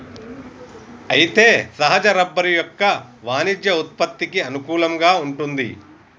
అయితే సహజ రబ్బరు యొక్క వాణిజ్య ఉత్పత్తికి అనుకూలంగా వుంటుంది